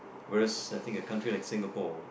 whereas I think a country like Singapore